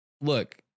Look